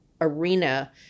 arena